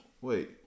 wait